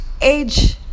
age